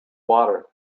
water